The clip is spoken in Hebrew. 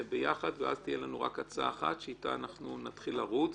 ביחד ואז תהיה לנו רק הצעה אחת שאיתה אנחנו נתחיל לרוץ.